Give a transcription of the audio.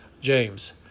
James